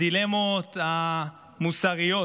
הדילמות המוסריות